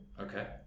Okay